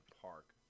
park